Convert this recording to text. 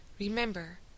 Remember